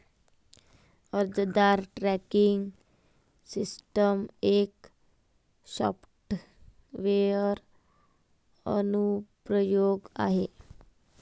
अर्जदार tracking system एक software अनुप्रयोग आहे